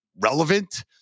relevant